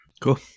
Cool